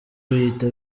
bahita